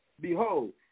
behold